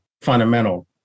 fundamental